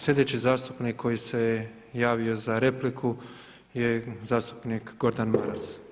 Sljedeći zastupnik koji se je javio za repliku je zastupnik Gordan Maras.